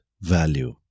value